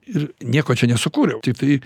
ir nieko čia nesukūriau tiktai